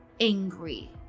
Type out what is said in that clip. angry